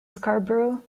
scarborough